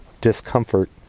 discomfort